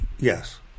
Yes